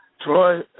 Troy